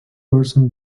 person